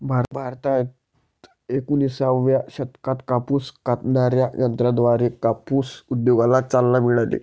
भारतात एकोणिसाव्या शतकात कापूस कातणाऱ्या यंत्राद्वारे कापूस उद्योगाला चालना मिळाली